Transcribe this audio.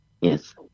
yes